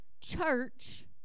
church